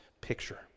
picture